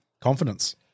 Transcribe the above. Confidence